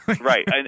Right